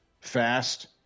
fast